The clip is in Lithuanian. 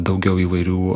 daugiau įvairių